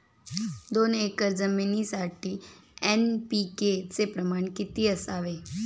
दोन एकर जमीनीसाठी एन.पी.के चे प्रमाण किती असावे?